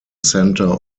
center